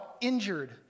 injured